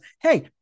hey